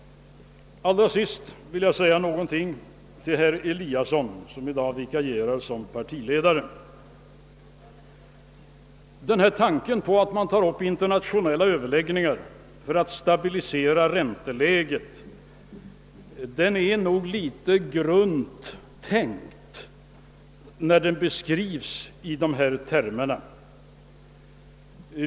Allra sist vill jag säga några ord till herr Eliasson i Sundborn som i dag vikarierar såsom partiledlare. Att man skall ta upp internationella överläggningar för att stabilisera ränteläget är nog en väl grund tanke när den beskrivs i dessa termer.